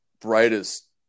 brightest